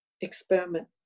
experiment